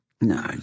No